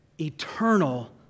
eternal